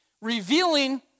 revealing